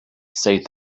said